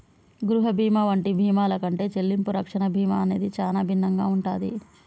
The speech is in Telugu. గృహ బీమా వంటి బీమాల కంటే చెల్లింపు రక్షణ బీమా అనేది చానా భిన్నంగా ఉంటాది